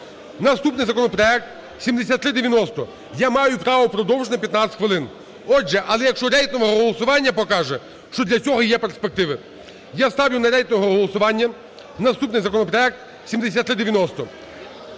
Наступний законопроект 7390. Я маю право продовжити на 15 хвилин. Отже, але якщо рейтингове голосування покаже, що для цього є перспективи. Я ставлю на рейтингове голосування наступний законопроект 7390.